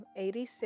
86